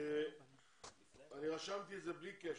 בלי קשר,